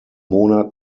monat